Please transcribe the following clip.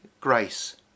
grace